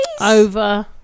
over